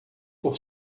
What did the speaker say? por